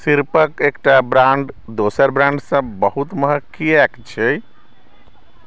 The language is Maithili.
सिरपक एकटा ब्रांड दोसर ब्रांडसँ बहुत महग किएक छै